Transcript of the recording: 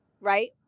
right